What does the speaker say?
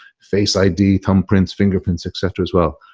face id, thumbprints, fingerprints, etcetera, as well.